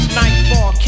nightfall